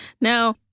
Now